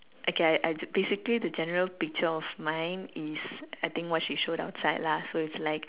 okay I I basically the general picture of mine is I think what she showed outside lah so it's like